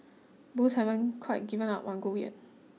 Bulls haven't quite given up on gold yet